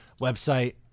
Website